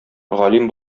галим